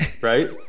right